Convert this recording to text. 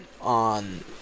on